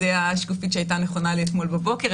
זו השקופית שהייתה נכונה לאתמול בבוקר,